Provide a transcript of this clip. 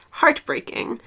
heartbreaking